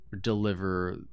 deliver